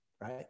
right